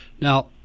Now